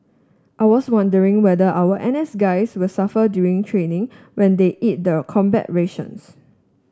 I was wondering whether our N S guys will suffer during training when they eat the combat rations